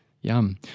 Yum